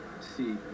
see